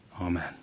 Amen